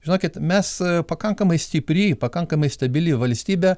žinokit mes pakankamai stipri pakankamai stabili valstybė